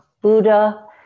Buddha